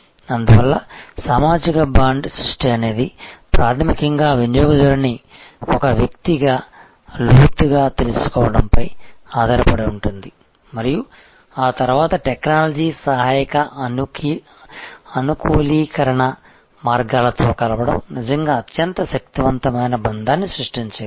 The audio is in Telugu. అందువల్ల సామాజిక బాండ్ సృష్టి అనేది ప్రాథమికంగా వినియోగదారుని ఒక వ్యక్తిగా లోతుగా తెలుసుకోవడంపై ఆధారపడి ఉంటుంది మరియు ఆ తర్వాత టెక్నాలజీ సహాయక అనుకూలీకరణ మార్గాలతో కలపడం నిజంగా అత్యంత శక్తివంతమైన బంధాన్ని సృష్టించగలదు